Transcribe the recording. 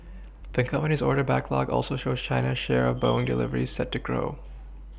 the company's order backlog also shows China's share Boeing deliveries set to grow